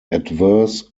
adverse